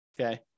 okay